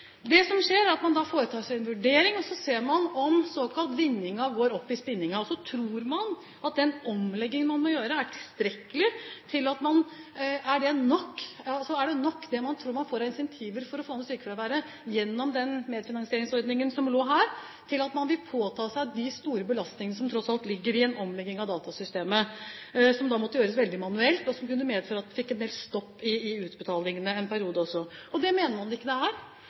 Det som skjer, er at man da foretar en vurdering og ser om den såkalte vinningen går opp i spinningen. Er det nok det man tror man får av incentiver for å få ned sykefraværet gjennom den medfinansieringsordningen som lå her, til at man vil påta seg de store belastningene som tross alt ligger i en omlegging av datasystemet, som da måtte gjøres veldig manuelt, og som også kunne medføre at man fikk en del stopp i utbetalingene i en periode? Og det mener man det ikke er.